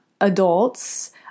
adults